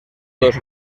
dos